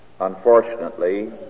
Unfortunately